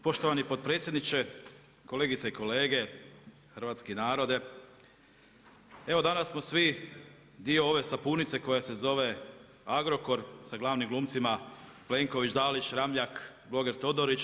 Poštovani potpredsjedniče, kolegice i kolege, hrvatski narode evo danas smo svi dio ove sapunice koja se zove Agrokor sa glavnim glumcima Plenković, Dalić, Ramljak, bloger Todorić.